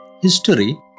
History